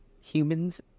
humans